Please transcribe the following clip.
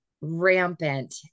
rampant